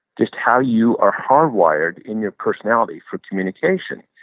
just how you are hardwired in your personality for communication.